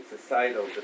societal